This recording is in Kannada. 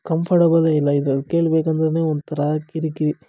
ಕಂಫರ್ಟಬಲೇ ಇಲ್ಲ ಇದ್ರಲ್ಲಿ ಕೇಳ್ಬೇಕೆಂದ್ರೆನೇ ಒಂಥರಾ ಕಿರಿ ಕಿರಿ